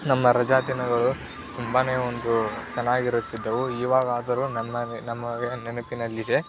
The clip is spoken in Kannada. ನಮ್ಮ ರಜಾದಿನಗಳು ತುಂಬಾ ಒಂದು ಚೆನ್ನಾಗಿರುತ್ತಿದ್ದವು ಈವಾಗಾದರೂ ನಮ್ಮ ನಮಗೆ ನೆನಪಿನಲ್ಲಿದೆ